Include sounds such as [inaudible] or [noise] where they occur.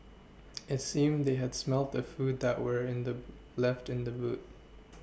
[noise] it seemed they had smelt the food that were in the left in the boot